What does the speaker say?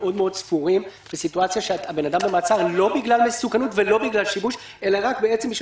ספורים מאוד לא בגלל מסוכנות ולא בגלל שיבוש אלא רק בשביל